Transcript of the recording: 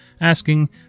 asking